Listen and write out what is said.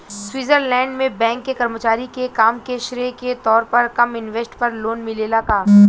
Switzerland में bank के कर्मचारी के काम के श्रेय के तौर पर कम इंटरेस्ट पर लोन मिलेला का?